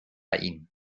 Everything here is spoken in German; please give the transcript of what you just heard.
ihn